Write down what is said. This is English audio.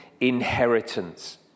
inheritance